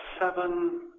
seven